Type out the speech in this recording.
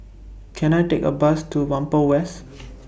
Can I Take A Bus to Whampoa West